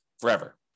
forever